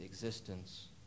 Existence